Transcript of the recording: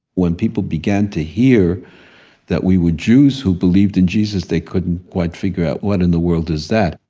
when people began to hear that we were jews who believed in jesus, they couldn't quite figure out what in the world is that.